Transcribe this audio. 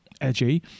edgy